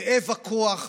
תאב הכוח,